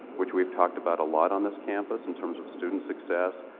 which we've talked about a lot on this campus in terms of student success,